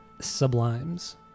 Sublimes